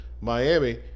Miami